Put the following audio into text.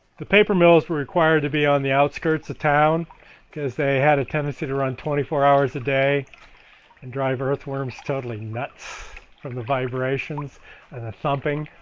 paper mills were required to be on the outskirts of town because they had a tendency to run twenty four hours a day and drive earthworms totally nuts from the vibrations and the thumping